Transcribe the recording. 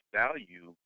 value